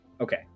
Okay